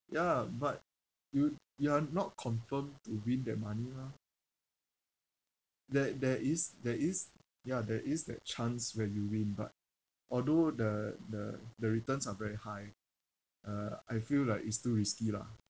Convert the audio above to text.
ya but you you are not confirmed to win that money mah there there is there is ya there is that chance where you win but although the the the returns are very high uh I feel like it's too risky lah